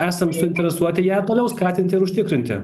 esam suinteresuoti ją toliau skatinti ir užtikrinti